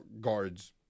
guards